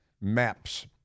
maps